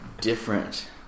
different